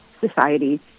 society